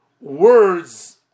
words